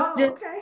okay